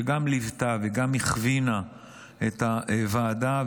שגם ליוותה וגם הכווינה את הוועדה,